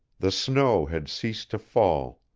the snow had ceased to fall,